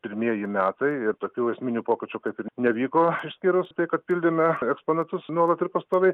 pirmieji metai ir tokių esminių pokyčių kaip ir nevyko išskyrus tai kad pildėme eksponatus nuolat ir pastoviai